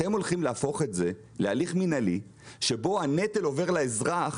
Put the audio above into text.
אתם הולכים להפוך את זה להליך מינהלי שבו הנטל עובר לאזרח,